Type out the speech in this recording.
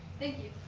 thank you.